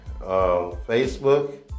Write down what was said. Facebook